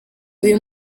uyu